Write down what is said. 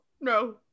No